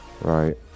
Right